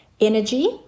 energy